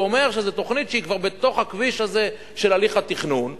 כלומר זו תוכנית שהיא בתוך הכביש הזה של הליך התכנון,